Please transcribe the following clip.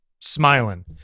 smiling